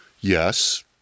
yes